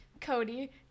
Cody